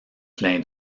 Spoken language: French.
clin